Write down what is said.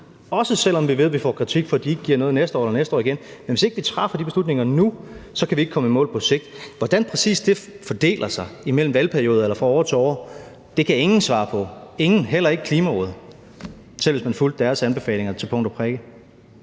også selv om vi ved, vi får kritik for, at de ikke giver noget næste år eller næste år igen, men hvis ikke vi træffer de beslutninger nu, kan vi ikke komme i mål på sigt. Hvordan det præcis fordeler sig imellem valgperioder eller fra år til år, kan ingen svare på – ingen – heller ikke Klimarådet, selv ikke hvis man fulgte deres anbefalinger til punkt og prikke.